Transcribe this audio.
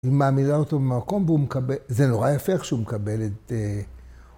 ‫ומעמידה אותו במקום, ‫וזה נורא יפה איך שהוא מקבל את...